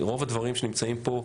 רוב הדברים שנמצאים פה,